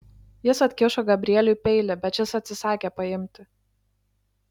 jis atkišo gabrieliui peilį bet šis atsisakė paimti